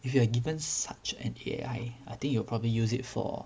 if you are given such an A_I I think you probably use it for